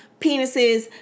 penises